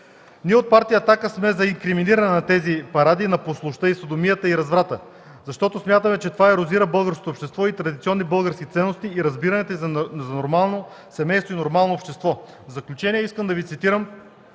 Ние от Партия „Атака” сме за инкриминиране на тези паради на пошлостта, содомията и разврата. Смятаме, че това ерозира българското общество, традиционните български ценности и разбирането за нормално семейство и нормално общество. В заключение искам да цитирам